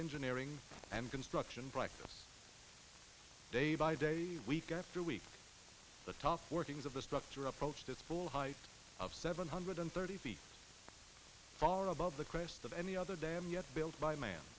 engineering and construction practice day by day week after week the top workings of the structure of approached its full height of seven hundred and thirty feet far above the crest any other dam yet built by man